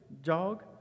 Jog